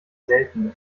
selten